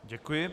Děkuji.